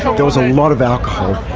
there was a lot of alcohol,